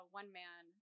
one-man